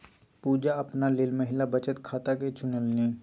पुजा अपना लेल महिला बचत खाताकेँ चुनलनि